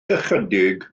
ychydig